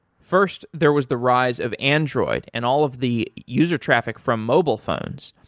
first, there was the rise of android and all of the user traffic from mobile phones.